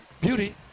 Beauty